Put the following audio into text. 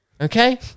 okay